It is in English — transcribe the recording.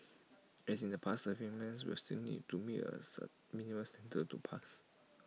as in the past servicemen will still need to meet A minimum standard to pass